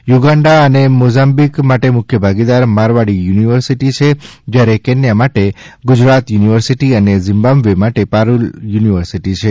Uganda અને Mozambique માટે મુખ્ય ભાગીદાર મારવાડી યુનિવર્સીટી છે જ્યારે કેન્યા માટે ગુજરાત યુનિવર્સિટીથી અને ઝીમ્બાબ્વે માટે પારૂલ યુનિવર્સિટી છે